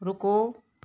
रुको